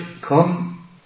come